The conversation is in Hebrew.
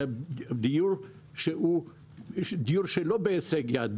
אלא דיור שלא בהישג יד,